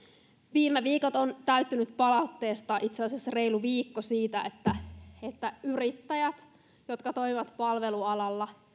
viime viikot ovat täyttyneet palautteesta itse asiassa reilu viikko siitä että että yrittäjät jotka toimivat palvelualalla